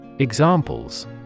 Examples